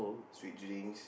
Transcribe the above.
sweet drinks